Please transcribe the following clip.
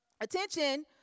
Attention